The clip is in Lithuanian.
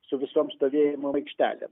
su visom stovėjimo aikštelė